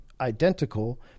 identical